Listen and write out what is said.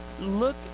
look